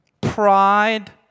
pride